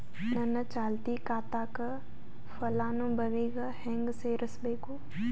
ನನ್ನ ಚಾಲತಿ ಖಾತಾಕ ಫಲಾನುಭವಿಗ ಹೆಂಗ್ ಸೇರಸಬೇಕು?